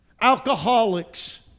alcoholics